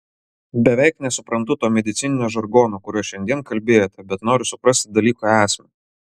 beveik nesuprantu to medicininio žargono kuriuo šiandien kalbėjote bet noriu suprasti dalyko esmę